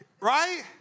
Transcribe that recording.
right